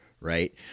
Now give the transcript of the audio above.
right